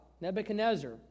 Nebuchadnezzar